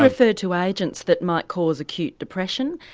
refer to agents that might cause acute depression,